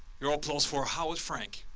your applause for howard frank.